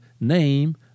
name